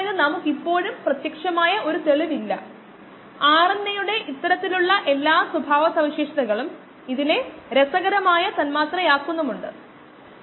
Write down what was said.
ഇപ്പോൾ തുടക്കത്തിൽ ഇത് ഒരു നിശ്ചിത മൂല്യമായിരുന്നെങ്കിൽ അത് തുടക്കത്തിൽ ഉണ്ടായിരുന്നതിന്റെ പത്തിലൊന്നായി കുറഞ്ഞു